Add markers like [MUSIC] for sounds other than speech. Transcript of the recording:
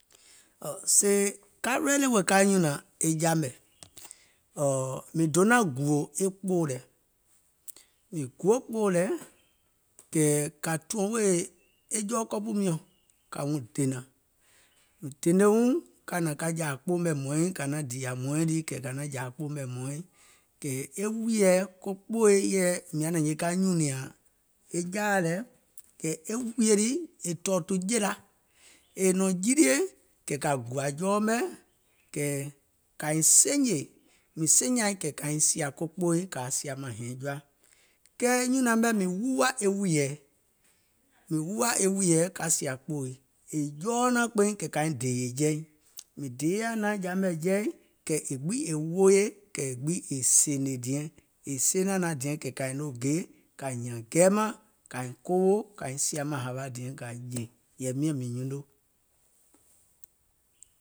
[HESITATION] Sèè ka ready ka nyùnȧŋ e ja mɛ̀, [HESITATION] mìŋ donȧŋ gùò e kpoò lɛ, mìŋ guo kpoò lɛ, kɛ̀ kȧ tùȧŋ wèè jɔɔ kɔpù miɔ̀ŋ, kȧ wuŋ dènȧŋ, mìŋ dènè wuŋ ka hnȧŋ ka jȧȧ kpoò mɛ̀ hmɔ̀ɔ̀iŋ kȧ naȧŋ dììyȧ hmɔ̀ɔ̀ɛŋ lii kɛ̀ kà naȧŋ jȧȧ kpoò mɛ̀ hmɔ̀ɔ̀iŋ, kɛ̀ e wùìyèɛ ko kpoòi e yèɛ mìŋ yaȧ naȧŋ hinie ka nyùnìȧŋ jaà lɛ, kɛ̀ e wùìyè lii è tɔ̀ɔ̀tù jèla, è nɔ̀ŋ jilie kɛ̀ kȧ gùà jɔɔ mɛ̀, kɛ̀ kȧiŋ senyè, mìŋ senyàìŋ kɛ̀ kȧiŋ sìȧ ko kpoòi kɛ̀ kȧa sìà maŋ hɛiŋ jɔa, kɛɛ e nyùnaŋ mɛ̀ mìŋ wuuwȧ e wùìyèɛ, mìŋ wuuwà e wùìyèɛ ka sìà ko kpoòi, è jɔɔ naȧŋ kpeiŋ kɛ̀ kȧiŋ dèèyè jɛi, mìŋ deeyà naȧŋ ja mɛ̀ jɛi, kɛ̀ è gbiŋ è wooyè, e gbiŋ è sèènè diɛŋ, è seenȧaŋ diɛŋ kɛ̀ kàiŋ noo gè kȧ hìȧŋ gɛ̀i màŋ kàiŋ kowo kȧiŋ sìȧ maŋ hȧwa diɛŋ kɛ̀ kȧ jè, yɛ̀ì miȧŋ mìŋ nyuno.